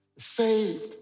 Saved